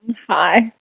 Hi